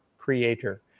creator